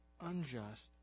unjust